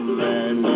man